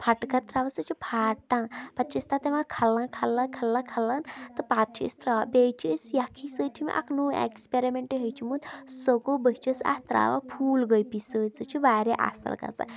پھَٹکَر ترٛاوان سُہ چھِ پھَٹان پَتہٕ چھِ أسۍ تَتھ دِوان کھَلَن کھَلَن کھَلَن کھَلَن تہٕ پَتہٕ چھِ أسۍ ترٛاوان بیٚیہِ چھِ أسۍ یَکھنہِ سۭتۍ چھِ مےٚ اَکھ نوٚو ایکٕسپیرِمینٛٹ ہیٚوچھمُت سُہ گوٚو بہٕ چھس اَتھ ترٛاوان پھوٗل گوپی سۭتۍ سُہ چھِ واریاہ اَصٕل گژھان